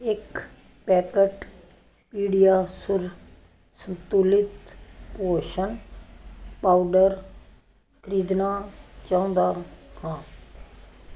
ਇਕ packet PediaSure ਸੰਤੁਲਿਤ ਪੋਸ਼ਣ ਪਾਊਡਰ ਖ਼ਰੀਦਣਾ ਚਾਹੁੰਦਾ ਹਾਂ